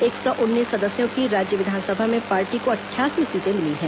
एक सौ उन्नीस सदस्यों की राज्य विधानसभा में पार्टी को अठासी सीटें मिली हैं